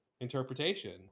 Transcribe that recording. interpretation